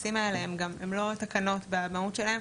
הטפסים האלה, הם גם לא, הם לא תקנות במהות שלהם.